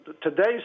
today's